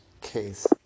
case